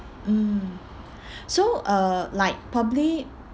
mm so uh like probably